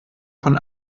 von